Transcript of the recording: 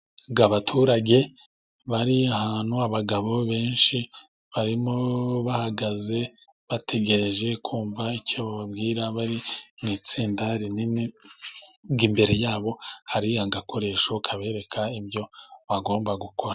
Abaturage bari ahantu, abagabo benshi barimo bahagaze bategereje kumva icyo bababwira bari mu itsinda rinini, imbere yabo hari agakoresho kabereka ibyo bagomba gukora.